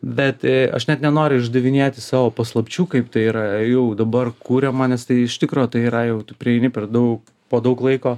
bet aš net nenoriu išdavinėti savo paslapčių kaip tai yra jau dabar kuriama nes tai iš tikro tai yra jau tu prieini per daug po daug laiko